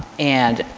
and,